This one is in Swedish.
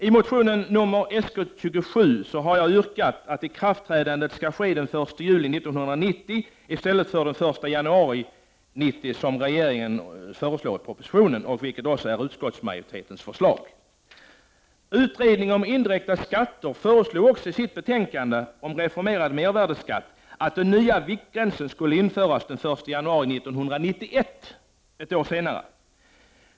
I motion 1989/90:Sk27 yrkar jag att ikraftträdandet i detta sammanhang sker den 1 juli 1990 i stället för den 1 januari 1990 som regeringen föreslår i propositionen och som också utskottsmajoriteten föreslår. Utredningen om indirekta skatter föreslår i sitt betänkande om en reformerad mervärdeskatt att den nya viktgränsen införs den 1 januari 1991, alltså ett år senare.